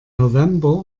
november